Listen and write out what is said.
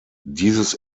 dieses